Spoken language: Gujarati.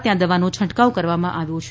ત્યાં દવાનો છંટકાવ કરવામાં આવ્યો હતો